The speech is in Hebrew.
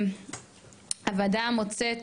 הוועדה מוצאת